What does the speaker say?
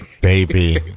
Baby